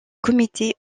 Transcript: comités